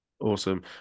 Awesome